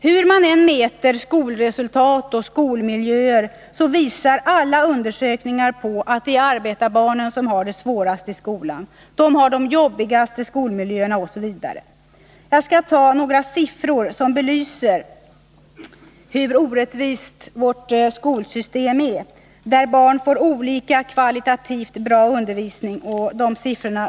Hur man än mäter skolresultat och skolmiljö visar alla undersökningar att det är arbetarbarnen som har det svårast i skolan, som har de jobbigaste skolmiljöerna osv. Jag skall redovisa några siffror som belyser hur orättvist vårt skolsystem är och hur barn får kvalitativt sett olika undervisning.